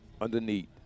underneath